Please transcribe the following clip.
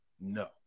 No